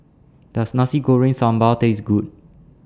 Does Nasi Goreng Sambal Taste Good